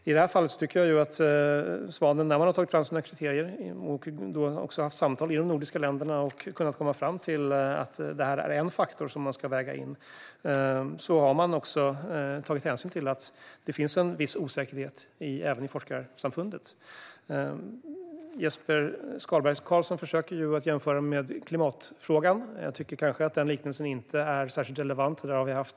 I det här fallet tycker jag att Svanen, när man har tagit fram sina kriterier och har haft samtal i de nordiska länderna och kommit fram till att det här är en faktor som man ska väga in, också har tagit hänsyn till att det finns en viss osäkerhet även i forskarsamfundet. Jesper Skalberg Karlsson försöker jämföra med klimatfrågan. Jag tycker kanske att den liknelsen inte är särskilt relevant.